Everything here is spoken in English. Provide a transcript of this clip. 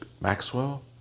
Maxwell